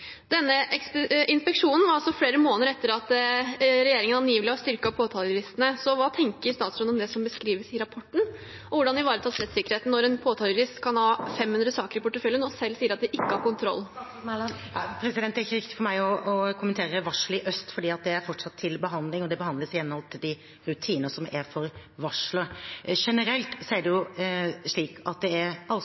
inspeksjonen var altså flere måneder etter at regjeringen nylig hadde styrket påtalejuristene, så hva tenker statsråden om det som beskrives i rapporten? Hvordan ivaretas rettssikkerheten når en påtalejurist kan ha 500 saker i porteføljen, og de selv sier at de ikke har kontroll? Det er ikke riktig av meg å kommentere varslet i Øst, for det er fortsatt til behandling, og det behandles i henhold til de rutinene som er for varsler. Generelt er det slik at det er rekordmange påtalejurister ansatt. Det er også slik at restansene har gått ned, og at måltallet nås. Det er